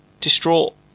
distraught